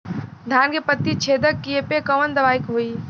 धान के पत्ती छेदक कियेपे कवन दवाई होई?